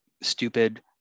stupid